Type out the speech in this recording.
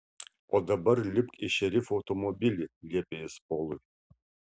o dabar lipk į šerifo automobilį liepė jis polui